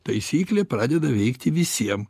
taisyklė pradeda veikti visiem